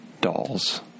dolls